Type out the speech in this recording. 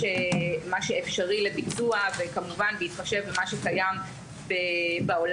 שאפשרי לביטוח וכמובן בהתחשב במה שקיים בעולם.